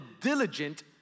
diligent